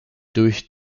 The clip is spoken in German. durch